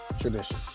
tradition